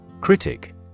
Critic